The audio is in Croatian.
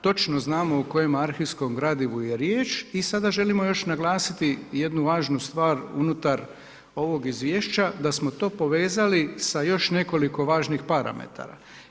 Točno znamo o kojem arhivskom gradivu je riječ i sada želimo još naglasiti jednu važnu stvar unutar ovog izvješća, da smo to povezali sa još nekoliko važnih parametara.